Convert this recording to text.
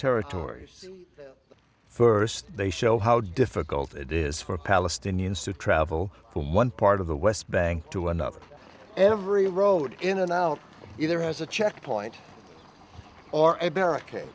territories first they show how difficult it is for palestinians to travel from one part of the west bank to another every road in and out either has a checkpoint or a barricade